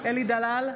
אלי דלל,